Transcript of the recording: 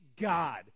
god